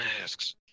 masks